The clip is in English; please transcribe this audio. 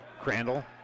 Crandall